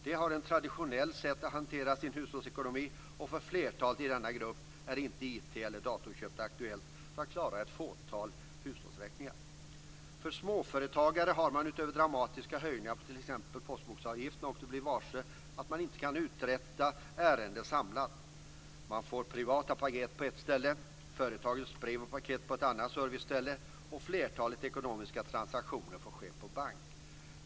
De har ett traditionellt sätt att hantera sin hushållsekonomi, och för flertalet i denna grupp är IT eller datorköp inte aktuellt för att klara ett fåtal hushållsräkningar. När det gäller småföretagarna har man utöver dramatiska höjningar av t.ex. postboxavgifterna också blivit varse att man inte kan uträtta sina ärenden samlat. Man får privata paket på ett ställe och företagets brev och paket på ett annat serviceställe. Flertalet ekonomiska transaktioner får ske på banken.